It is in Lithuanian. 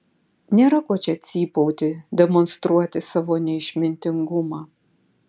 nėra ko čia cypauti demonstruoti savo neišmintingumą